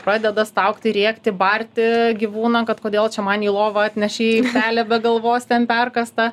pradeda staugti rėkti barti gyvūną kad kodėl čia man į lovą atnešai pelę be galvos ten perkąstą